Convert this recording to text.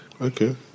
okay